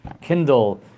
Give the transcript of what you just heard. Kindle